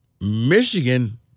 Michigan